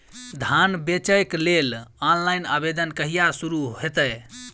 धान बेचै केँ लेल ऑनलाइन आवेदन कहिया शुरू हेतइ?